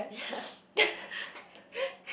yeah